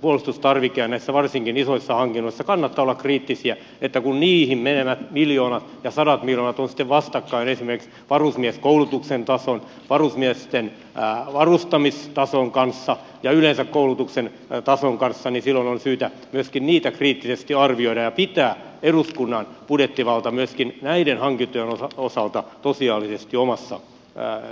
puolustustarvike ja varsinkin näissä isoissa hankinnoissa kannattaa olla kriittinen niin että kun niihin menevät miljoonat ja sadat miljoonat ovat sitten vastakkain esimerkiksi varusmieskoulutuksen tason varusmiesten varustamistason kanssa ja yleensä koulutuksen tason kanssa niin silloin on syytä myöskin niitä kriittisesti arvioida ja pitää eduskunnan budjettivalta myöskin näiden hankintojen osalta tosiasiallisesti omissa käsissään